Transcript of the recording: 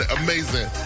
amazing